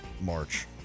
March